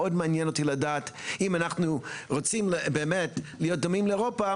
מאוד מעניין אותי לדעת אם אנחנו רוצים באמת להיות דומים לאירופה,